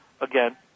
Again